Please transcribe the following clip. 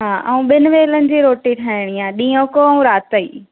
हा ऐं ॿिनि वेलनि जी रोटी ठाहिणी आहे ॾींहं को ऐं राति जी